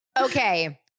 Okay